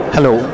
Hello